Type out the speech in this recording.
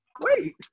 Wait